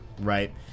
right